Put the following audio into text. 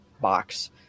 box